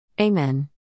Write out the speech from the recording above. Amen